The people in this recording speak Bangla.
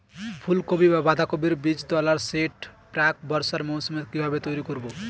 ফুলকপি বা বাঁধাকপির বীজতলার সেট প্রাক বর্ষার মৌসুমে কিভাবে তৈরি করব?